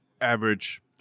average